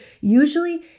usually